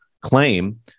claim